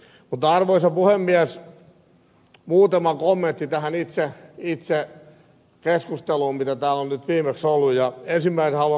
mutta arvoisa puhemies muutama kommentti tähän itse keskusteluun mitä täällä nyt on viimeksi ollut